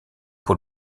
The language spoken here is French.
pour